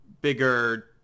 bigger